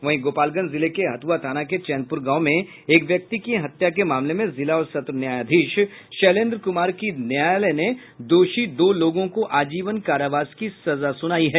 वहीं गोपालगंज जिले के हथुआ थाना के चैनपुर गांव में एक व्यक्ति की हत्या के मामले में जिला और सत्र न्यायाधीश शैलेंद्र कुमार के न्यायालय ने दोषी दो लोगों को आजीवन कारावास की सजा सुनाई है